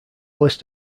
list